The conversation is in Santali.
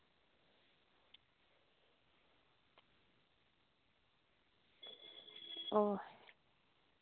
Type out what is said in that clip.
ᱚᱸᱻ